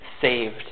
saved